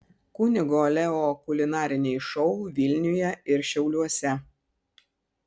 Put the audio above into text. kunigo leo kulinariniai šou vilniuje ir šiauliuose